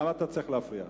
למה אתה צריך להפריע?